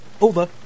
Over